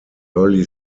early